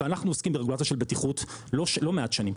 ואנחנו עוסקים ברגולציה של בטיחות לא מעט שנים,